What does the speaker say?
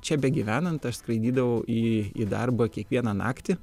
čia begyvenant aš skraidydavau į į darbą kiekvieną naktį